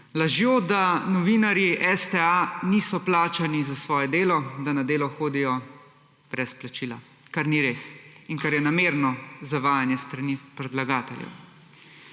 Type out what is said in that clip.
lažjo, da novinarji STA niso plačani za svoje delo, da na delo hodijo brez plačila, kar ni res in kar je namerno zavajanje s strani predlagatelja.